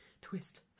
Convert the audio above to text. twist